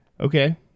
Okay